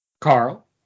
Carl